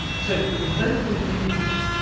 so in both of those lineages,